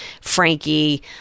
Frankie